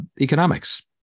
economics